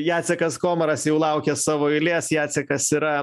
jacekas komaras jau laukia savo eilės jacekas yra